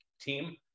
team